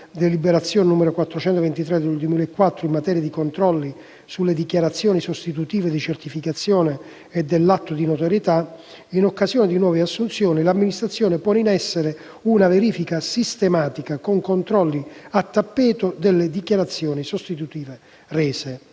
deliberazione n. 1423 del 2004 in materia di controlli sulle dichiarazioni sostitutive di certificazione e dell'atto di notorietà, in occasione di nuove assunzioni l'amministrazione pone in essere una verifica sistematica, con controlli cosiddetti a tappeto, delle dichiarazioni sostitutive rese.